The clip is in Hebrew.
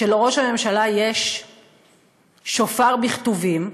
שלראש הממשלה יש שופר בכתובים,